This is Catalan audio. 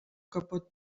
capot